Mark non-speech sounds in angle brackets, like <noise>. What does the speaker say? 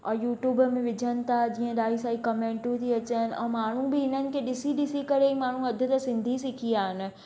और यूट्यूब में विझनि था जीअं <unintelligible> कमैंटू थी अचनि ऐं माण्हू बि हिननि खे ॾिसी ॾिसी करे माण्हू अधु त सिंधी सिखी आहिनि